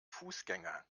fußgänger